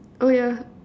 oh yeah